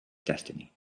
destiny